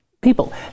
people